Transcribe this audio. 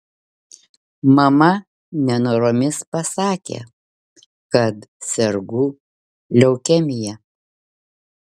mama nenoromis pasakė kad sergu leukemija